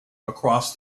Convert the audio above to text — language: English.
across